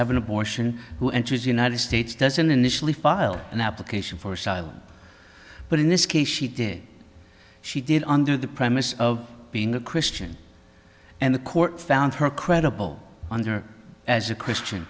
have an abortion and she's united states doesn't initially file an application for asylum but in this case she did she did under the premise of being a christian and the court found her credible under as a christian